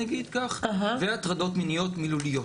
אני אגיד כך והטרדות מיניות מילוליות,